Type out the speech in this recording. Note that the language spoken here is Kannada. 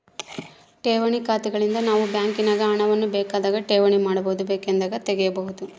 ಠೇವಣಿ ಖಾತೆಗಳಿಂದ ನಾವು ಬ್ಯಾಂಕಿನಾಗ ಹಣವನ್ನು ಬೇಕಾದಾಗ ಠೇವಣಿ ಮಾಡಬಹುದು, ಬೇಕೆಂದಾಗ ತೆಗೆಯಬಹುದು